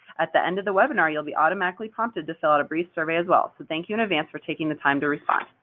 at the end of the webinar, you'll be automatically prompted to fill out a brief survey as well, so thank you in advance for taking the time to respond.